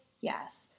Yes